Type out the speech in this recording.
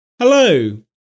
Hello